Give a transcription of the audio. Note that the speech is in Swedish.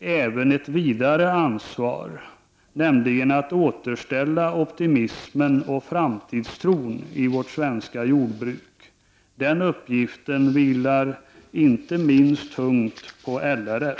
även ett vidare ansvar, nämligen att återställa optimismen och framtidstron för alla inom det svenska jordbruket. Den uppgiften vilar tungt på inte minst LRF.